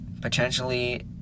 potentially